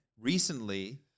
recently